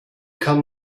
kann